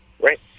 Right